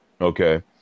Okay